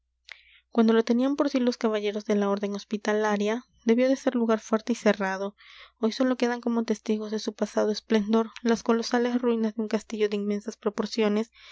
cuando lo tenían por sí los caballeros de la orden hospitalaria debió de ser lugar fuerte y cerrado hoy sólo quedan como testigos de su pasado esplendor las colosales ruinas de un castillo de inmensas proporciones